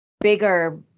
bigger